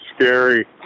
scary